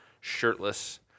shirtless